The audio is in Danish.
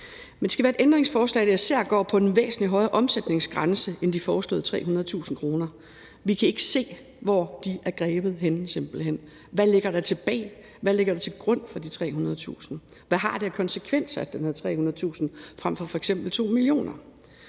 Men det skal være et ændringsforslag, der især går på en væsentlig højere omsætningsgrænse end de foreslåede 300.000 kr. Vi kan ikke se, hvor de er grebet henne, simpelt hen. Hvad ligger der til grund for de 300.000 kr.? Hvad har det af konsekvenser, at den hedder 300.000 kr.